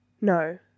No